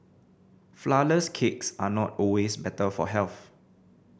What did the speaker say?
flourless cakes are not always better for health